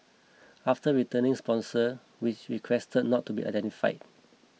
after returning sponsor which requested not to be identified